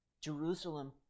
Jerusalem